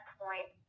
point